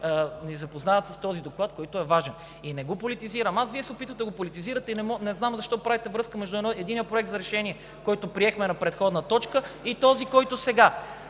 представители с този доклад, който е важен. Не го политизирам аз. Вие се опитвате да го политизирате и не знам защо правите връзка между единия проект за решение, който приехме на предходна точка, и този, който сега